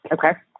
Okay